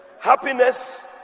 Happiness